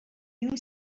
you